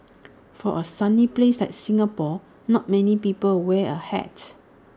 for A sunny place like Singapore not many people wear A hat